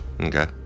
Okay